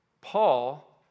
Paul